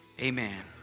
amen